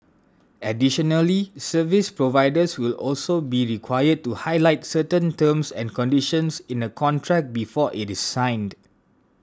additionally service providers will also be required to highlight certain terms and conditions in the contract before it is signed